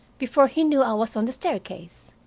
before he knew i was on the staircase.